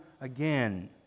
again